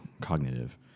cognitive